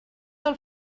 del